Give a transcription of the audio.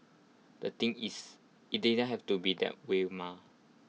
the thing is IT didn't have to be that way mah